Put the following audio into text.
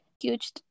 huge